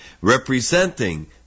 representing